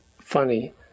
funny